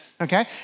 Okay